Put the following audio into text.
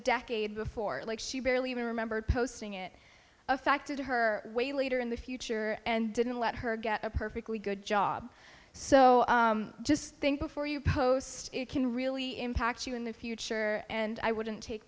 decade before like she barely even remembered posting it affected her way later in the future and didn't let her get a perfectly good job so i just think before you post it can really impact you in the future and i wouldn't take